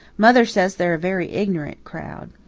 mother says they're a very ignorant crowd.